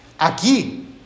Aquí